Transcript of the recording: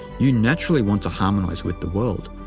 you naturally want to harmonize with the world,